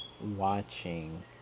watching